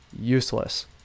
useless